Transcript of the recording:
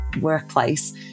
workplace